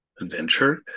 adventure